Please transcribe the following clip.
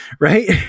Right